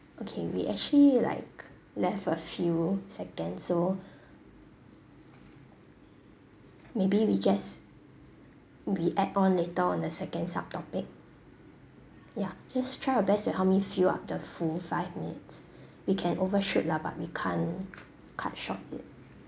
okay we actually like left a few second so maybe we just we add on later on the second sub topic ya just try your best to help me fill up the full five minutes we can overshoot lah but we can't cut short it